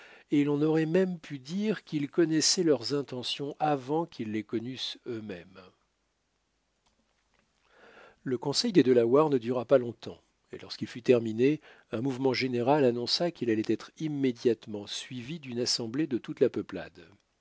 et l'on aurait même pu dire qu'il connaissait leurs intentions avant qu'ils les connussent eux-mêmes le conseil des delawares ne dura pas longtemps et lorsqu'il fut terminé un mouvement général annonça qu'il allait être immédiatement suivi d'une assemblée de toute la peuplade